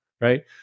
right